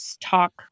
talk